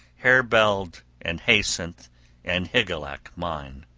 herebeald and haethcyn and hygelac mine.